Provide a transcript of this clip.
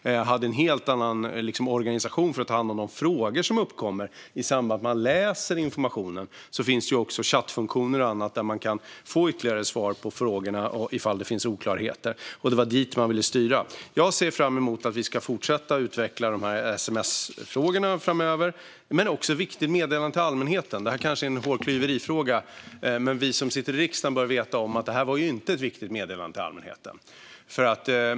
Där fanns också en helt annan organisation för att ta hand om de frågor som uppkom i samband med att människor läste informationen samt chattfunktioner och annat där man kunde få ytterligare svar på frågor om det fanns oklarheter. Det var dit myndigheterna ville styra människor. Jag ser fram emot att vi ska fortsätta att utveckla sms-frågorna framöver, liksom Viktigt meddelande till allmänheten. Detta kanske är en hårklyverifråga, men vi som sitter i riksdagen bör veta om att detta inte var ett viktigt meddelande till allmänheten.